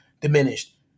diminished